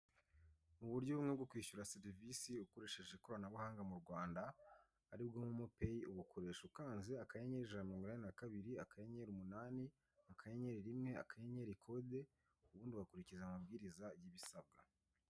Uburyo bumwe bwo kwishyura serivise ukoresheje ikoranabuhanga mu Rwanda ari bwo momo peyi ubukoresha ukanze akanyenyeri ijana na mirongo inani na kabiri akanyenyeri umunani akanyenyeri rimwe akanyenyeri kode ubundi ugakurikiza amabwiriza y'ibisabwa.